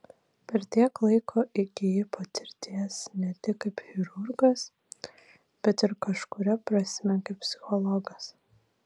per tiek laiko įgyji patirties ne tik kaip chirurgas bet ir kažkuria prasme kaip psichologas